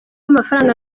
amafaranga